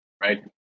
right